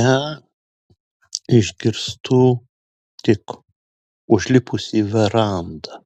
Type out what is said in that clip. ją išgirstu tik užlipusi į verandą